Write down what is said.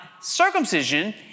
circumcision